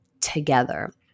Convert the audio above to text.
together